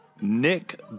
Nick